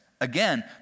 Again